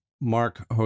Mark